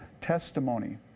testimony